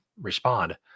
respond